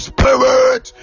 Spirit